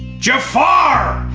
jafar!